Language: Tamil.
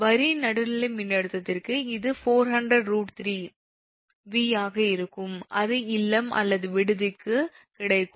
வரி நடுநிலை மின்னழுத்தத்திற்கு இது 400√3 𝑉 ஆக இருக்கும் அது இல்லம் அல்லது விடுதிக்கு கிடைக்கும்